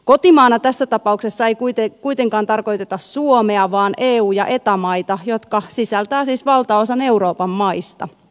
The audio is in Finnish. kotimaana tässä tapauksessa ei kuitenkaan tarkoiteta suomea vaan eu ja eta maita jotka sisältävät siis valtaosan euroopan maista